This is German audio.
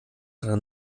dann